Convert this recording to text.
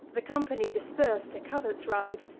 the company, dispers'd, to converts ride,